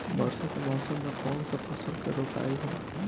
वर्षा के मौसम में कौन सा फसल के रोपाई होला?